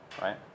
right